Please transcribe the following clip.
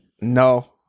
No